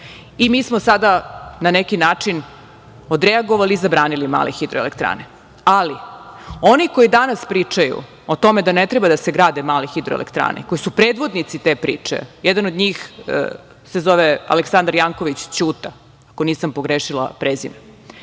i mi smo sada na neki način odreagovali i zabranili male hidroelektrane, ali oni koji danas pričaju o tome da ne treba da se grade male hidroelektrane, koji su predvodnici te priče, jedan od njih se zove Aleksandar Janković Ćuta, ako nisam pogrešila prezime,